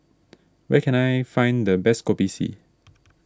where can I find the best Kopi C